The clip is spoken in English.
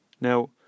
Now